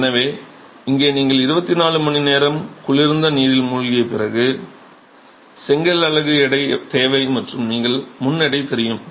எனவே இங்கே நீங்கள் 24 மணி நேரம் குளிர்ந்த நீரில் மூழ்கிய பிறகு செங்கல் அலகு எடை தேவை மற்றும் முன் எடை தெரியும்